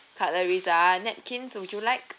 cutleries ah napkins would you like